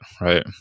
right